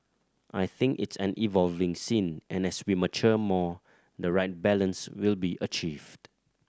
I think it's an evolving scene and as we mature more the right balance will be achieved